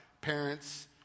parents